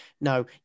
No